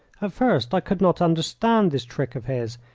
at first i could not understand this trick of his,